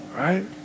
right